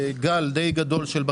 לי עוד שאלות על הכבאות.